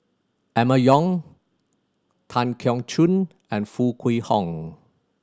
Emma Yong Tan Keong Choon and Foo Kwee Horng